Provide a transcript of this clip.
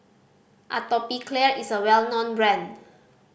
Atopiclair is a well known brand